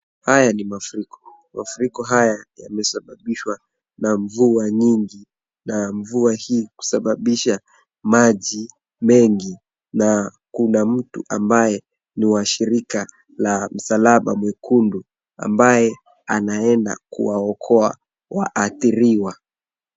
Haya ni mafuriko. Mafuriko haya yamesababishwa na mvua nyingi na mvua hii kusababisha maji mengi na Kuna mtu ambaye ni wa shirika la msalaba mwekundu ambaye anaenda kuwaokoa waathiriwa.